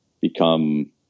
become